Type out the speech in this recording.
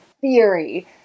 theory